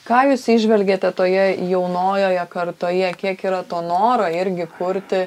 ką jūs įžvelgiate toje jaunojoje kartoje kiek yra to noro irgi kurti